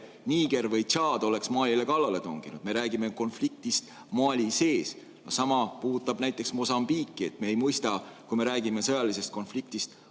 Niger võid Tšaad oleks Malile kallale tunginud. Me räägime konfliktist Mali sees. Sama puudutab näiteks Mosambiiki. Kui me räägime sõjalisest konfliktist